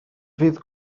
fydd